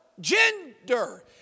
gender